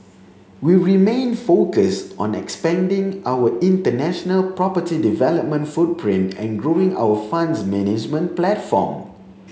we remain focused on expanding our international property development footprint and growing our funds management platform